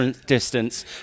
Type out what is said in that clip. distance